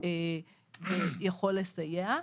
ויכול לסייע.